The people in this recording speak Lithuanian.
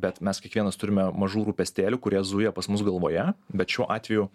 bet mes kiekvienas turime mažų rūpestėlių kurie zuja pas mus galvoje bet šiuo atveju